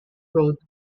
road